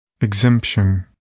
Exemption